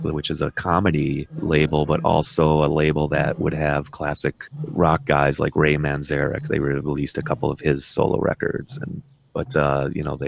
but which is a comedy label, but also a label that would have classic rock guys like ray manzarek, they released a couple of his solo records. and but you know, they